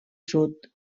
sud